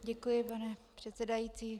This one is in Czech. Děkuji, pane předsedající.